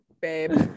babe